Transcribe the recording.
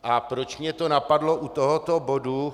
A proč mě to napadlo u tohoto bodu?